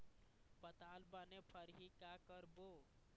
पताल बने फरही का करबो?